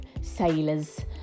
sailors